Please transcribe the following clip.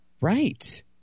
Right